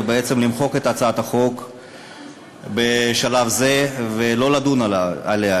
בעצם למחוק את הצעת החוק בשלב זה ולא לדון בה.